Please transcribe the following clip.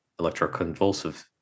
electroconvulsive